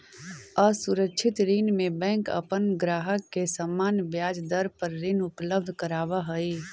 असुरक्षित ऋण में बैंक अपन ग्राहक के सामान्य ब्याज दर पर ऋण उपलब्ध करावऽ हइ